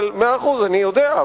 מאה אחוז, אני יודע,